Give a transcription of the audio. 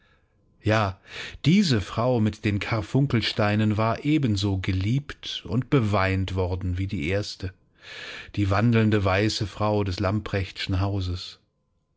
ja diese frau mit den karfunkelsteinen war ebenso geliebt und beweint worden wie die erste die wandelnde weiße frau des lamprechtschen hauses